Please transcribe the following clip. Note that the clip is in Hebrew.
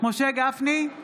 משה גפני,